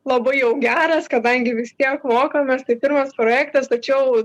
labai jau geras kadangi vis tiek mokomės tai pirmas projektas tačiau